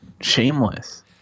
shameless